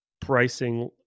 pricing